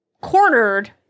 cornered